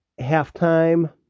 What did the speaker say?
halftime